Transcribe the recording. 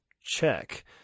check